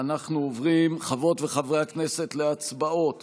אנחנו עוברים, חברות וחברי הכנסת, להצבעות